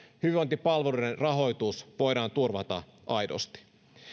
hyvinvointipalveluiden rahoitus voidaan turvata aidosti